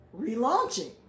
relaunching